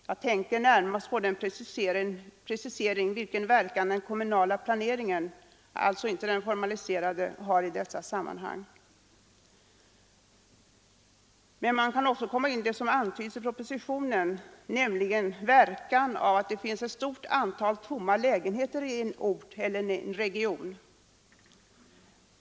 Jag tänker närmast på preciseringen av vilken verkan den kommunala planeringen — alltså inte den formaliserade — har i dessa sammanhang. Men man kan också komma in på den fråga som antyds i propositionen, nämligen verkan av att det finns ett stort antal tomma lägenheter i en ort eller en region.